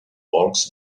walks